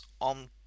on